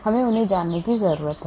हमें उन्हें जानने की जरूरत है